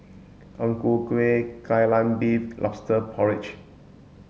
Ang Ku Kueh Kai Lan Beef lobster porridge